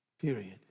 period